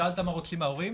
שאלת מה רוצים ההורים?